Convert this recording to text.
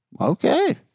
Okay